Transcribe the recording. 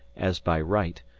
as by right,